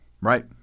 Right